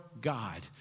God